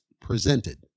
presented